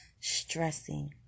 stressing